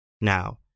Now